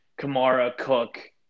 Kamara-Cook –